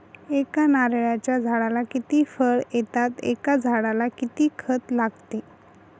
एका नारळाच्या झाडाला किती फळ येतात? एका झाडाला किती खत लागते?